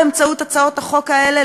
באמצעות הצעות החוק האלה,